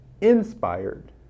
inspired